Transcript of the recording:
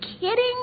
kidding